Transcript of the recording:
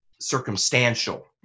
circumstantial